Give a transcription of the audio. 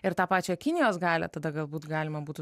ir tą pačią kinijos galią tada galbūt galima būtų